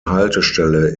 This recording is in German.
haltestelle